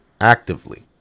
Actively